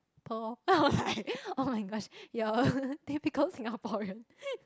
pearl lor then I was like [oh]-my-gosh you are a typical Singaporean